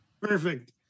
Perfect